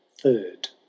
Third